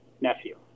nephew